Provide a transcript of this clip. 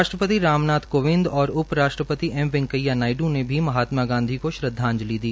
राष्ट्रपति राम नाथ कोविंद और उप राष्ट्रपति एम वैकेंया नायडू ने भी महात्मा गांधी को श्रद्वाजंति दी